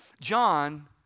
John